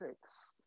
Six